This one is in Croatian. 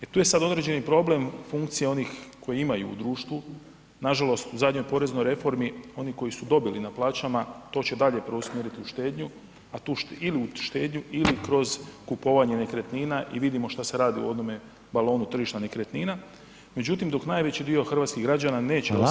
E tu je sad određeni problem funkcija onih koji imaju u društvu, nažalost u zadnjoj poreznoj reformi, oni koji su dobili na plaćama, to će dalje preusmjeriti u štednju ili u štednju ili kroz kupovanje nekretnina i vidimo šta se radi u onome balonu tržišta nekretnina međutim dok najveći dok hrvatskih građana osjetiti taj dio